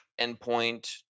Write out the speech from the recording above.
endpoint